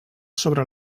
sobre